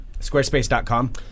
Squarespace.com